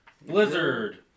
Blizzard